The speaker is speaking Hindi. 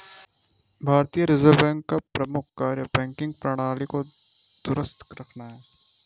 भारतीय रिजर्व बैंक का प्रमुख कार्य बैंकिंग प्रणाली को दुरुस्त रखना है